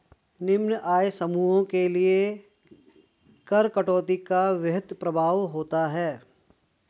निम्न आय समूहों के लिए कर कटौती का वृहद प्रभाव होता है